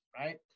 right